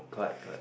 correct correct